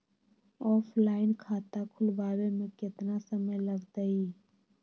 Offline खाता खुलबाबे में केतना समय लगतई?